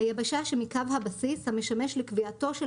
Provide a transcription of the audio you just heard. - היבשה שמקו הבסיס המשמש לקביעתו של